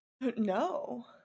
No